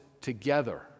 together